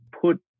put